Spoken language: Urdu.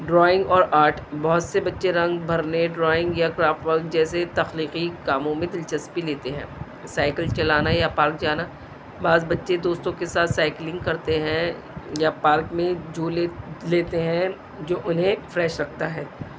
ڈرائنگ اور آرٹ بہت سے بچے رنگ بھرنے ڈرائنگ یا کرافٹ ورک جیسے تخلیقی کاموں میں دلچسپی لیتے ہیں سائیکل چلانا یا پارک جانا بعض بچے دوستوں کے ساتھ سائیکلنگ کرتے ہیں یا پارک میں جو لے لیتے ہیں جو انہیں فریش رکھتا ہے